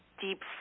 deep